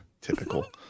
typical